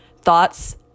Thoughts